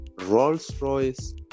Rolls-Royce